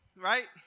Right